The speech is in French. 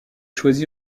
choisi